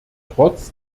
trotz